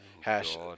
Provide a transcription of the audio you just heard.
Hash